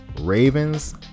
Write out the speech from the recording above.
Ravens